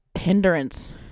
hindrance